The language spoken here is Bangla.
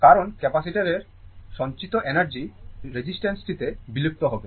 কারণ ক্যাপাসিটারের সঞ্চিত এনার্জি রেজিস্টরটিতে বিলুপ্ত হবে